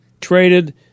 traded